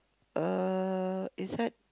uh is that